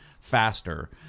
faster